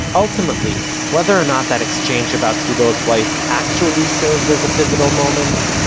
ultimately, whether or not that exchange about trudeau's wife actually served as a pivotal moment,